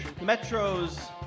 Metro's